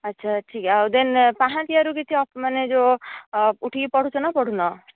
ଆଚ୍ଛା ଆଉ ଦେନ ପାହାଁନ୍ତିଆ ରୁ କିଛି ମାନେ ଯେଉଁ ଉଠିକି ପଢ଼ୁଛ ନା ପଢ଼ୁନ